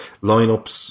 line-ups